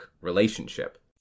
relationship